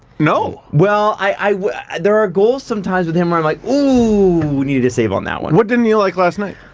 no. well, i stuttering there are goals sometimes with him where i'm like, oh we needed a save on that one what didn't you like last night?